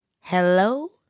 hello